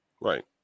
Right